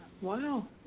Wow